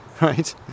right